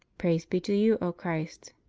praise be to you, o christ.